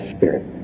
Spirit